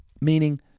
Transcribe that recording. Meaning